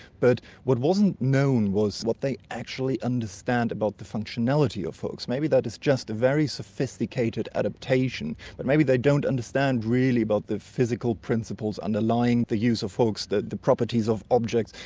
but what wasn't known was what they actually understand about the functionality of hooks. maybe that is just a very sophisticated adaptation, but maybe they don't understand really about the physical principles underlying the use of hooks, the the properties of objects.